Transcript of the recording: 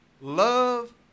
Love